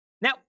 Now